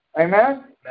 Amen